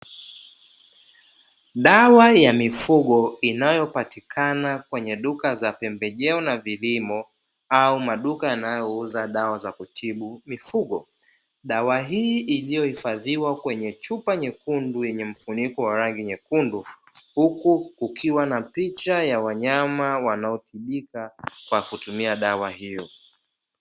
Dawa ya mifugo inayopatikana kwenye duka za pembejeo na vilimo au maduka yanayouza dawa za kutibu mifugo, dawa hii iliyohifadhiwa kwenye chupa nyekundu yenye mfuniko wa rangi nyekundu, huku kukiwa na picha ya wanyama wanaotibika kwa kutumia dawa hiyo.